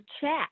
chat